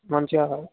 మంచిగా